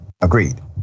agreed